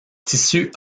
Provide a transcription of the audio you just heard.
tissus